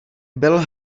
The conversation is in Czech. byl